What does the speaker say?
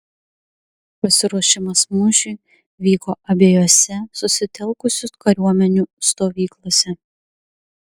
pasiruošimas mūšiui vyko abiejose susitelkusių kariuomenių stovyklose